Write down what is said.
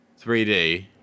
3D